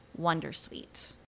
Wondersuite